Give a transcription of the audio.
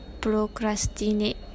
procrastinate